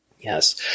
Yes